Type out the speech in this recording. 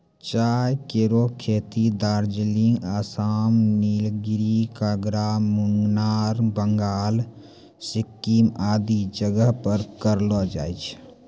चाय केरो खेती दार्जिलिंग, आसाम, नीलगिरी, कांगड़ा, मुनार, बंगाल, सिक्किम आदि जगह पर करलो जाय छै